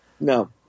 No